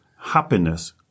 happiness